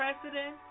President